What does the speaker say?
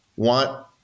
Want